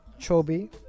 Chobi